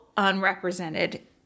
unrepresented